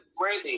worthy